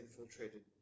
infiltrated